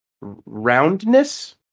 roundness